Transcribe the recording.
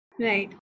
Right